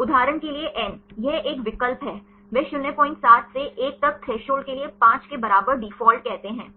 उदाहरण के लिए n यह एक विकल्प है वे 07 से 1 तक थ्रेसहोल्ड के लिए 5 के बराबर डिफ़ॉल्ट कहते हैं